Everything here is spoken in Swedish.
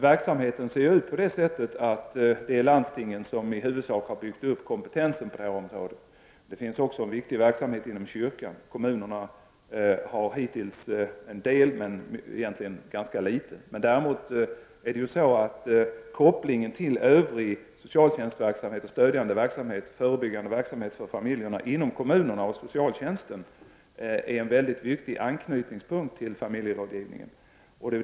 Verksamheten är organiserad så att det är landstingen som i huvudsak har byggt upp kompetensen på detta område. Det finns också en viktig verksamhet som bedrivs inom kyrkan. Kommunerna har hittills haft hand om en ganska liten del av familjerådgivningen. Däremot är kopplingen till övrig socialtjänstverksamhet och stödjande och förebyggande verksamhet för familjerna inom kommunerna en väldigt viktig anknytningspunkt till familjerådgivningen.